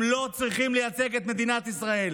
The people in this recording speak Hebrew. הם לא צריכים לייצג את מדינת ישראל.